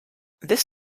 this